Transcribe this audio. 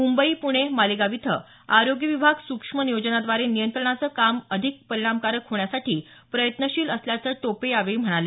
मुंबई पुणे मालेगाव इथं आरोग्य विभाग सुक्ष्म नियोजनाद्वारे नियंत्रणाचं काम अधिक परिणामकारक होण्यासाठी प्रयत्नशील असल्याचं टोपे यावेळी म्हणाले